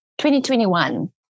2021